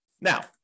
Now